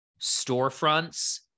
storefronts